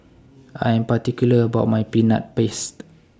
I Am particular about My Peanut Paste